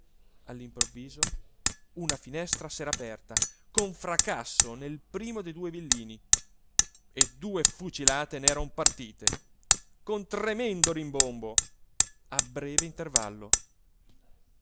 all'improvviso una finestra s'era aperta con fracasso nel primo dei due villini e due fucilate n'eran partite con tremendo rimbombo a breve intervallo